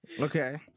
Okay